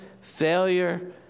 failure